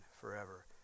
forever